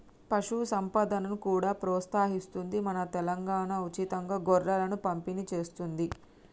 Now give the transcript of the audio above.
పశు సంపదను కూడా ప్రోత్సహిస్తుంది మన తెలంగాణా, ఉచితంగా గొర్రెలను పంపిణి చేస్తుంది